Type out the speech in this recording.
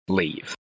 leave